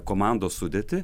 komandos sudėtį